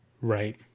Right